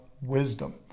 wisdom